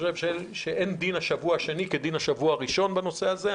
אין דין השבוע השני כדין השבוע הראשון בנושא הזה.